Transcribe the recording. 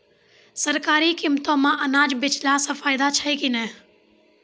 सरकारी कीमतों मे अनाज बेचला से फायदा छै कि नैय?